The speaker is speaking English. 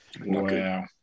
Wow